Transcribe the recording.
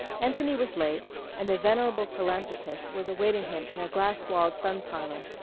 anthony was late and the venerable philanthropist was awaiting him in a glass-walled sun parlor,